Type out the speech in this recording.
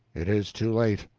it is too late,